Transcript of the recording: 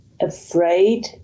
afraid